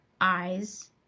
eyes